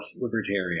libertarian